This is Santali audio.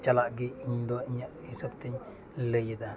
ᱪᱟᱞᱟᱜ ᱜᱮ ᱤᱧ ᱫᱚ ᱤᱧᱟᱹᱜ ᱦᱤᱥᱟᱹᱵᱽ ᱛᱮᱧ ᱞᱟᱹᱭᱮᱫᱟ